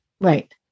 Right